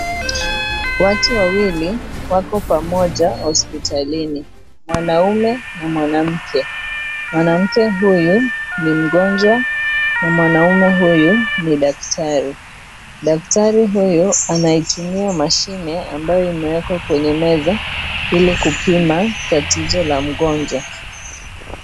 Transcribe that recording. Watu wawili wako pamoja hositalini mwanaume na mwanamke. Mwanamke huyu ni mgonjwa na mwanamme huyu ni daktari. Daktari huyu anaitumia mashine ambayo imewekwa kwenye meza ili kupima tatizo la mgonjwa.